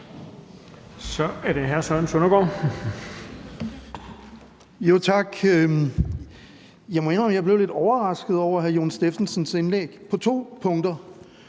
Så er det hr. Søren Søndergaard.